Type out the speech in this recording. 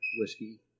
whiskey